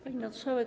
Pani Marszałek!